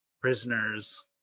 prisoners